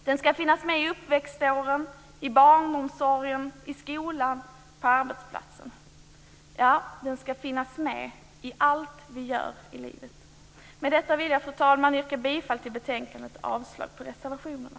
Den ska finnas med i uppväxtåren, i barnomsorgen, i skolan, på arbetsplatsen - ja, den ska finnas med i allt vi gör i livet. Fru talman! Med detta vill jag yrka bifall till utskottets hemställan i betänkandet och avslag på reservationerna.